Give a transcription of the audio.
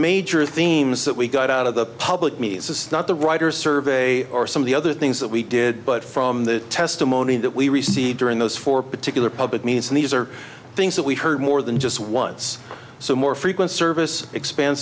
major themes that we got out of the public me not the writers survey or some of the other things that we did but from the testimony that we received during those four particular puppet means and these are things that we heard more than just once so more frequent service expand